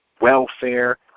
welfare